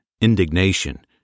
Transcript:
indignation